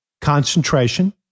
concentration